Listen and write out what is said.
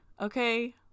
Okay